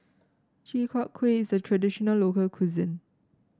Chi Kak Kuih is a traditional local cuisine